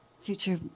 future